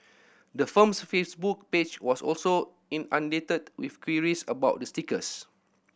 the firm's Facebook page was also inundated with queries about the stickers